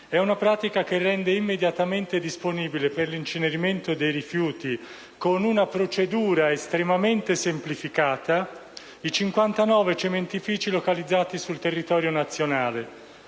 è una pratica che rende immediatamente disponibili per l'incenerimento dei rifiuti, con una procedura estremamente semplificata, i 59 cementifici localizzati sul territorio nazionale,